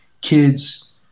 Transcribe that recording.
kids